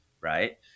right